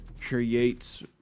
creates